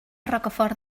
rocafort